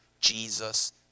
Jesus